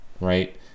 right